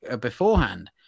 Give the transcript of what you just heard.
beforehand